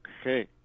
Okay